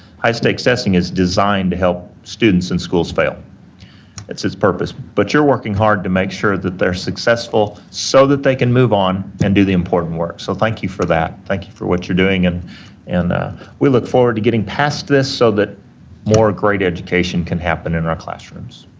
high stakes testing is designed to help students and schools fail. that its purpose, but you're working hard to make sure that they're successful so that they can move on and do the important work, so, thank you for that. thank you for what you're doing, and and we look forward to getting past this so that more great education can happen in our classrooms.